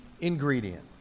ingredient